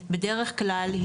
בדרך כלל,